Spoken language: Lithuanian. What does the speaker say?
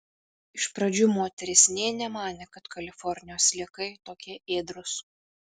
iš pradžių moteris nė nemanė kad kalifornijos sliekai tokie ėdrūs